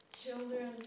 children